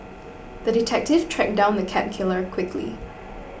the detective tracked down the cat killer quickly